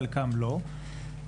וחלקם לא.